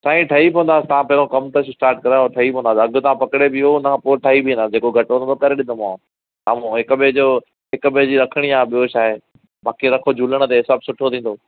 साईं ठही पवंदा तव्हां पहिरों कमु त स्टार्ट करायो ठही पवंदा अघु त पकिड़े वियो उनखां पोइ ठही बीहंदा जेको घटि वधि हूंदो हो करे ॾींदो मांव हिकु ॿिए जो हिक ॿिए जी रखिणी आहे ॿियो छाहे बाक़ी रखो झूलण ते सभु सुठो थींदो